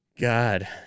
God